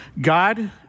God